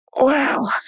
wow